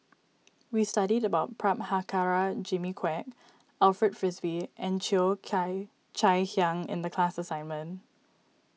we studied about Prabhakara Jimmy Quek Alfred Frisby and Cheo Kai Chai Hiang in the class assignment